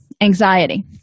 anxiety